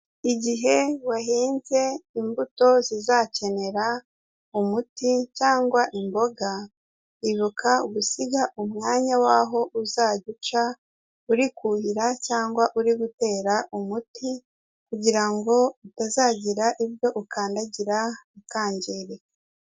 Igihe wahinze imbuto zizakenera umuti cyangwa imboga, ibuka gusiga umwanya waho uzajya uca uri kuhira cyangwa uri gutera umuti kugira ngo utazagira ibyo ukandagira bikangirika.